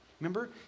Remember